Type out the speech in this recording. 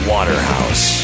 Waterhouse